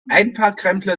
einparkrempler